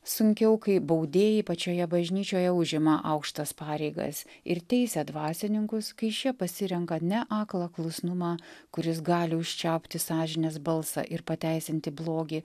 sunkiau kai baudėjai pačioje bažnyčioje užima aukštas pareigas ir teisia dvasininkus kai šie pasirenka ne aklą klusnumą kuris gali užčiaupti sąžinės balsą ir pateisinti blogį